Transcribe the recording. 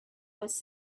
was